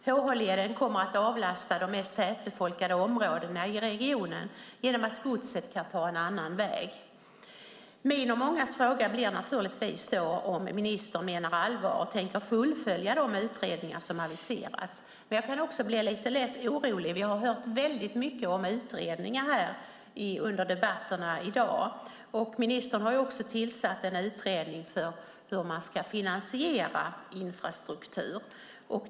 HH-leden kommer att avlasta de mest tätbefolkade områdena i regionen genom att godset kan ta en annan väg. Min och många andras fråga blir naturligtvis om ministern menar allvar och tänker fullfölja de utredningar som aviserats. Jag kan bli lite orolig. Vi har i debatterna i dag hört mycket om utredningar, och ministern har också tillsatt en utredning om hur man ska finansiera infrastruktur.